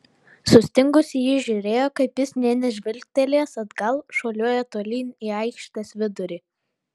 sustingusi ji žiūrėjo kaip jis nė nežvilgtelėjęs atgal šuoliuoja tolyn į aikštės vidurį